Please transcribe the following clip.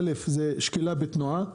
ראשית, שקילה בתנועה.